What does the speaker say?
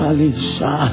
Alisha